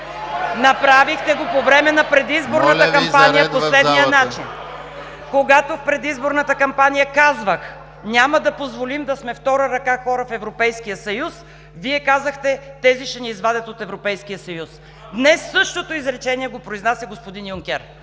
Направихте го по време на предизборната кампания по следния начин… (Шум и реплики в ГЕРБ.) … когато в предизборната кампания казвах: „Няма да позволим да сме втора ръка хора в Европейския съюз“, Вие казахте: „Тези ще ни извадят от Европейския съюз. Днес същото изречение го произнася господин Юнкер